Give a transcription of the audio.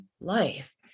life